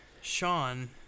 Sean